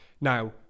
Now